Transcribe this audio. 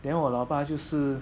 then 我老爸就是